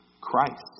Christ